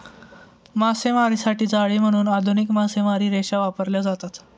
मासेमारीसाठी जाळी म्हणून आधुनिक मासेमारी रेषा वापरल्या जातात